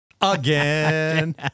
again